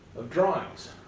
of drawings,